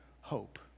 hope